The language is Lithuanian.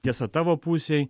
tiesa tavo pusėj